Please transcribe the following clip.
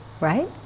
Right